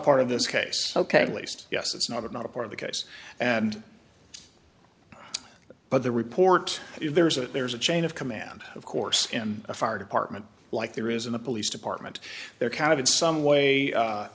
part of this case ok least yes it's not it's not a part of the case and but the report is there's a there's a chain of command of course in a fire department like there is in the police department they're kind of in some way